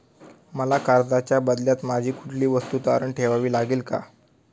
मला कर्जाच्या बदल्यात माझी कुठली वस्तू तारण ठेवावी लागेल का?